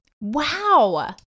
Wow